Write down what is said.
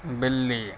بلّی